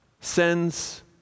sends